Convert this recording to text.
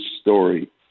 story